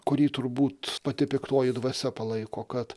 kurį turbūt pati piktoji dvasia palaiko kad